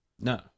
No